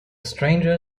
stranger